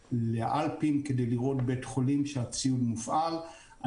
באלפים כדי לראות בית חולים שהציוד בו מופעל.